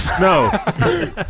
No